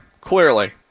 clearly